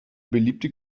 beliebte